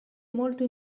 molto